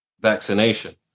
vaccination